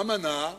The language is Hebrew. מה מנע,